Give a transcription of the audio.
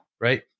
right